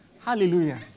Hallelujah